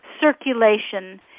Circulation